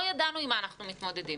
לא ידענו עם מה אנחנו מתמודדים